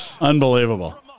unbelievable